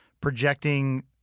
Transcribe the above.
projecting